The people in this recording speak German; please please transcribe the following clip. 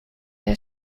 der